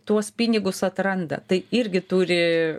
tuos pinigus atranda tai irgi turi